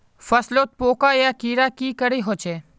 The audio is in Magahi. फसलोत पोका या कीड़ा की करे होचे?